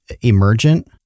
emergent